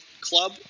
club